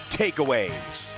takeaways